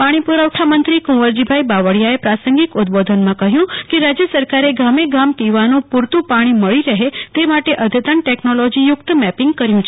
પાણી પૂરવઠા મંત્રી કુંવરજીભાઇ બાવળિયાએ પ્રાસંગિક ઉદબોધનમાં કહ્યું કે રાજ્ય સરકારે ગામે ગામ પીવાનું પૂરતું પાણી મળી રહે તે માટે અદ્યતન ટેક્નોલોજી યુક્ત મેપીંગ કર્યું છે